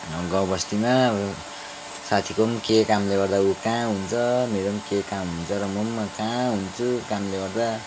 गाउँबस्तीमा अब साथीको पनि के कामले गर्दा ऊ कहाँ हुन्छ मेरो पनि के काम हुन्छ र म पनि कहाँ हुन्छु कामले गर्दा